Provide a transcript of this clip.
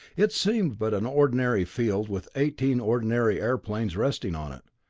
it seemed but an ordinary field, with eighteen ordinary airplanes resting on it.